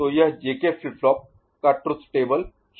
तो यह JK flip flop का ट्रुथ टेबल ही है